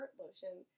lotion